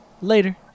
later